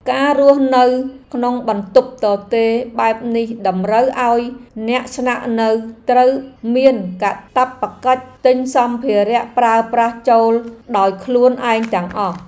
ការរស់នៅក្នុងបន្ទប់ទទេរបែបនេះតម្រូវឱ្យអ្នកស្នាក់នៅត្រូវមានកាតព្វកិច្ចទិញសម្ភារៈប្រើប្រាស់ចូលដោយខ្លួនឯងទាំងអស់។